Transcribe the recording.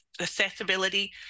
accessibility